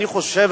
אני חושב,